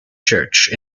church